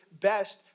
best